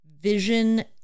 vision